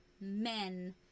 men